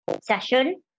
session